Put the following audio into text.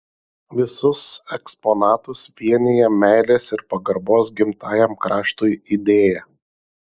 visus eksponatus vienija meilės ir pagarbos gimtajam kraštui idėja